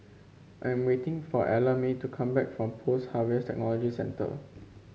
I'm waiting for Ellamae to come back from Post Harvest Technology Centre